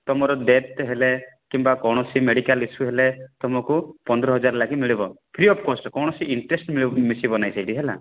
ତୁମର ଡେଥ୍ ହେଲେ କିମ୍ବା କୌଣସି ମେଡ଼ିକାଲ୍ ଇସ୍ୟୁ ହେଲେ ତୁମକୁ ପନ୍ଦର ହଜାର ଲାଖେଁ ମିଳିବ ଫ୍ରି ଅଫ୍ କଷ୍ଟ୍ କୌଣସି ଇଣ୍ଟ୍ରେଷ୍ଟ୍ ମିଳି ମିଶିବ ନାହିଁ ସେଇଠି ହେଲା